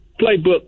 playbook